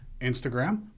Instagram